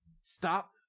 stop